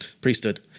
Priesthood